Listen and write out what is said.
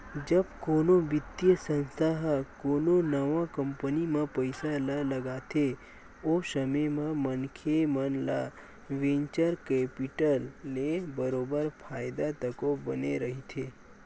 जब कोनो बित्तीय संस्था ह कोनो नवा कंपनी म पइसा ल लगाथे ओ समे म मनखे मन ल वेंचर कैपिटल ले बरोबर फायदा तको बने रहिथे